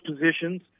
positions